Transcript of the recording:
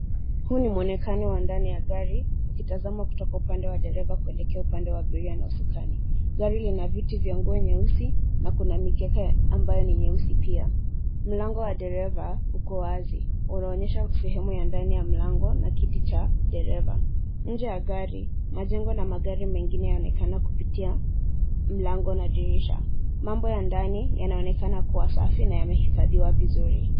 Huu ni mwonekano wa ndani ya gari, ukitazama kutoka upande wa dereva kuelekea upande wa abiria na usukani. Gari lina viti vya nguo nyeusi, na kuna mikeka ambayo ni nyeusi pia. Mlango wa dereva uko wazi, unaonyesha sehemu ya ndani ya mlango na kiti cha dereva. Nje ya gari , majengo na magari mengine yaonekana kupitia mlango na dirisha. Mambo ya ndani yanaonekana kuwa safi na yamehifadhiwa vizuri.